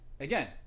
Again